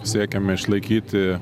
siekiam išlaikyti